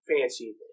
fancy